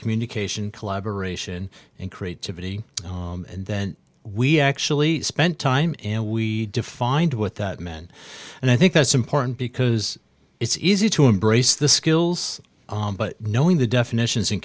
communication collaboration and creativity and then we actually spent time we defined what that meant and i think that's important because it's easy to embrace the skills but knowing the definitions